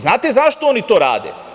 Znate zašto oni to rade?